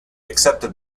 accepted